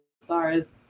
stars